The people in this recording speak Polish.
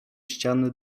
ściany